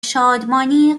شادمانی